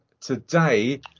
today